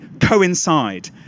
coincide